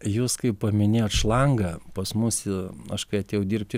jūs kai paminėjot šlangą pas mus aš kai atėjau dirbti ir